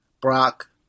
brock